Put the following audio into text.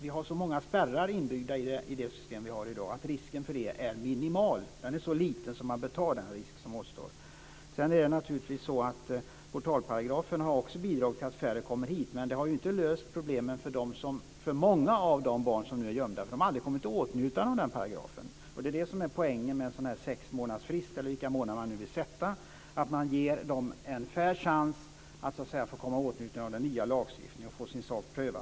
Vi har så många spärrar inbyggda i det system vi har i dag att risken för det är minimal. Den är så liten att man bör ta den risk som återstår. Portalparagrafen har naturligtvis också bidragit till att färre kommer hit, men det har inte löst problemen för många av de barn som nu är gömda, för de har aldrig kommit i åtnjutande av den paragrafen. Det är det som är poängen med en sexmånadersfrist, eller hur lång man nu vill att den ska vara. Man ger dem en fair chans att komma i åtnjutande av den nya lagstiftningen och få sin sak prövad.